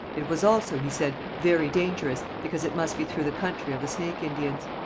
it was also, he said, very dangerous, because it must be through the country of the snake indians.